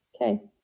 Okay